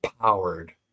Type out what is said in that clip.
powered